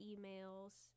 emails